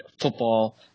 football